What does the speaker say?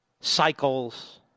cycles